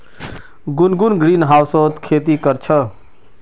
गुनगुन ग्रीनहाउसत खेती कर छ